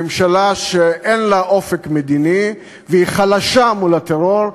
ממשלה שאין לה אופק מדיני והיא חלשה מול הטרור,